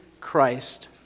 Christ